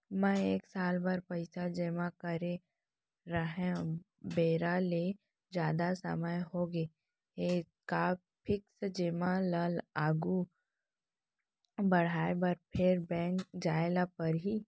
मैं एक साल बर पइसा जेमा करे रहेंव, बेरा ले जादा समय होगे हे का फिक्स जेमा ल आगू बढ़ाये बर फेर बैंक जाय ल परहि?